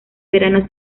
verano